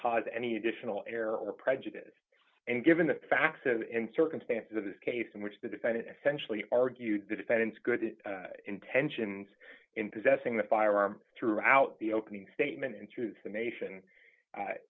cause any additional error or prejudice and given the facts and circumstances of this case in which the defendant essentially argued the defendant's good intentions in possessing the firearm throughout the opening statement into the nation